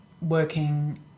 working